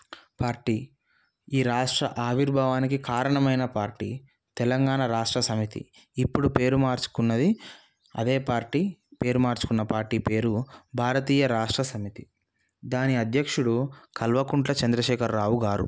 party ఈ రాష్ట్ర ఆవిర్భావానికి కారణమైన పార్టీ తెలంగాణ రాష్ట్ర సమితి ఇప్పుడు పేరు మార్చుకున్నది అదే పార్టీ పేరు మార్చుకున్న పార్టీ పేరు భారతీయ రాష్ట్ర సమితి దాన్ని అధ్యక్షుడు కల్వకుంట్ల చంద్రశేఖర్ రావు గారు